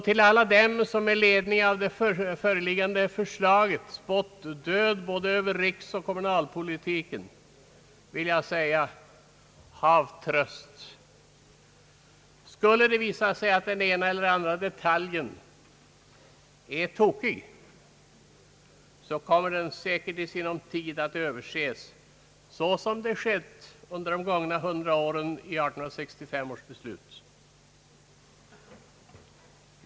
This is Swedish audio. Till alla dem som med anledning av det föreliggande förslaget spått död åt både riksoch kommunaldemokratin vill jag säga: Hav tröst! Skulle det visa sig att den ena eller andra detaljen är tokig, så kommer den säkert i sinom tid att ses Över, så som skett under de gångna 100 åren med 1865 års beslut.